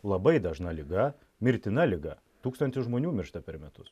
labai dažna liga mirtina liga tūkstantis žmonių miršta per metus